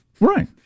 Right